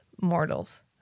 mortals